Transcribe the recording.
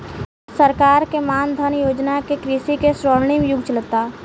सरकार के मान धन योजना से कृषि के स्वर्णिम युग चलता